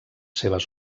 seves